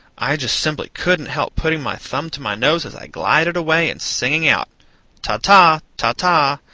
i just simply couldn't help putting my thumb to my nose as i glided away and singing out ta-ta! ta-ta!